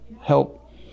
help